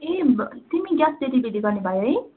ए तिमी gas delivery गर्ने भाइ है